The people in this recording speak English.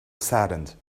saddened